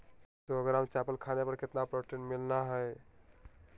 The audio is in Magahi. सौ ग्राम चावल खाने पर कितना प्रोटीन मिलना हैय?